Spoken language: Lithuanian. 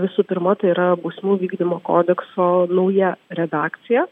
visų pirma tai yra bausmių vykdymo kodekso nauja redakcija